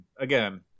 again